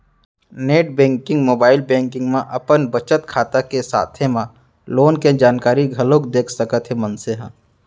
net banking, mobile banking म अपन बचत खाता के साथे म लोन के जानकारी घलोक देख सकत हे मनसे ह